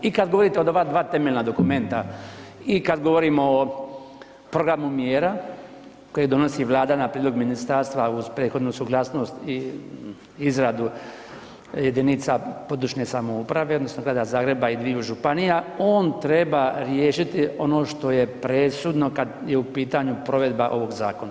I kada govorite o ova dva temeljna dokumenta i kada govorimo o programu mjera koje donosi Vlada na prijedlog ministarstva uz prethodnu suglasnost i izradu jedinica područne samouprave odnosno Grada Zagreba i dviju županija, on treba riješiti ono što je presudno kad je u pitanju provedba ovog zakona.